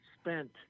spent